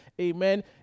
amen